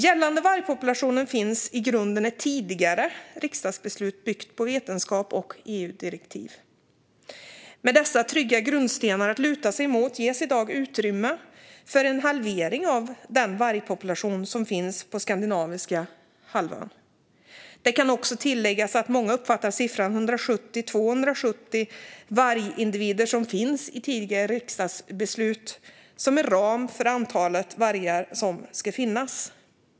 Gällande vargpopulationen finns i grunden ett tidigare riksdagsbeslut som är byggt på vetenskap och EU-direktiv. Med dessa trygga grundstenar att luta sig mot ges i dag utrymme för en halvering av den vargpopulation som finns på den skandinaviska halvön. Det kan också tilläggas att många uppfattar det antal vargindivider - 170-270 stycken - som nämns i tidigare riksdagsbeslut som en ram för det antal vargar som ska finnas.